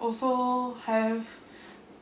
also have